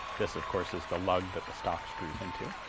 this of course is the lug that the stock screws into.